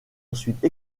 ensuite